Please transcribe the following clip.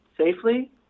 safely